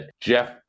Jeff